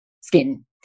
skin